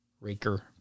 Raker